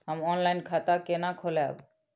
हम ऑनलाइन खाता केना खोलैब?